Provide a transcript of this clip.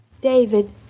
David